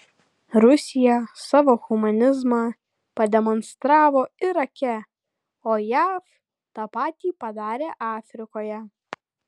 rusija savo humanizmą pademonstravo irake o jav tą patį padarė afrikoje